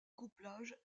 couplage